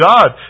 God